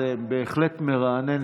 זה בהחלט מרענן,